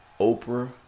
Oprah